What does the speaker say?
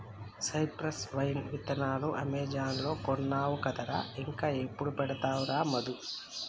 cypress vine విత్తనాలు Amazon లో కొన్నావు కదరా ఇంకా ఎప్పుడు పెడతావురా మధు